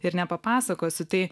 ir nepapasakosiu tai